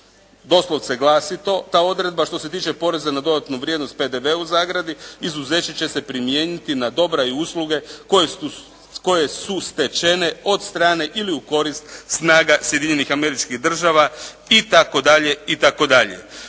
Doslovce glasi to, ta odredba što se tiče poreza na dodatnu vrijednost, PDV u zagradi, izuzeće će se primijeniti na dobra i usluge koje su stečene od strane ili u korist snaga Sjedinjenih Američkih država itd.